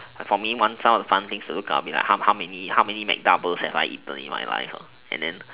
for me one of the fun things to look up is how how many how many mac doubles have I eaten in my life lah and then